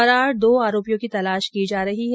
फरार दो आरोपियों की तलाश की जा रही है